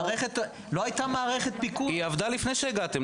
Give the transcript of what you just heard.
לא הייתה מערכת --- היא עבדה לפני שהגעתם.